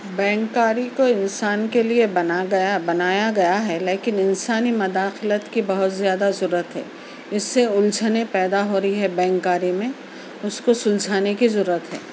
bank کاری کو انسان کے لئے بنا گیا بنایا گیا ہے لیکن انسانی مداخلت کی بہت زیادہ ضرورت ہے اس سے الجھنیں پیدا ہو رہی ہیں بینک کاری میں اس کو سلجھانے کی ضرورت ہے